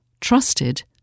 Trusted